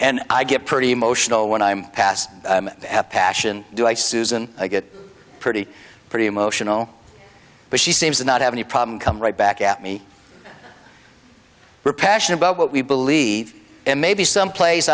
and i get pretty emotional when i'm past passion do i susan i get pretty pretty emotional but she seems to not have any problem come right back at me for passion about what we believe and maybe some place